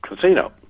casino